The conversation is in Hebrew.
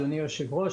אדוני היושב-ראש,